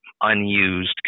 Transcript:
unused